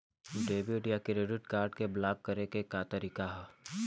Debit या credit card block करे के का तरीका ह?